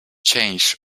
change